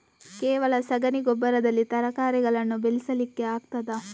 ಕೇವಲ ಸಗಣಿ ಗೊಬ್ಬರದಲ್ಲಿ ತರಕಾರಿಗಳನ್ನು ಬೆಳೆಸಲಿಕ್ಕೆ ಆಗ್ತದಾ?